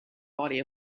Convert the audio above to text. body